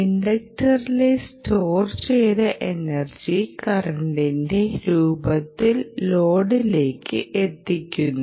ഇൻഡക്റ്ററിലെ store ചെയ്ത energy കറൻ്റിൻ്റെ രൂപത്തിൽ ലോഡിലേക്ക് എത്തിക്കുന്നു